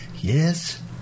Yes